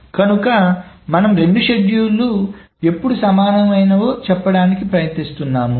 కనుక మనము రెండు షెడ్యూల్లు ఎప్పుడు సమానమో చెప్పడానికి ప్రయత్నిస్తున్నాము